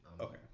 Okay